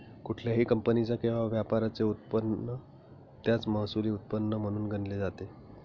कुठल्याही कंपनीचा किंवा व्यापाराचे उत्पन्न त्याचं महसुली उत्पन्न म्हणून गणले जाते